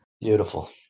Beautiful